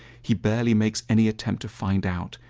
he barely makes any attempt to find out.